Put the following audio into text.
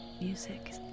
music